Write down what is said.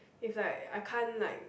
if like I can't like